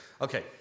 Okay